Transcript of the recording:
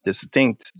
distinct